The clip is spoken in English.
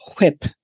whip